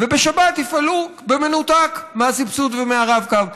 ובשבת הן יפעלו במנותק מהסבסוד ומהרב-קו.